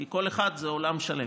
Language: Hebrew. כי כל אחד זה עולם שלם.